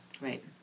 Right